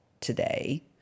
today